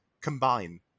combine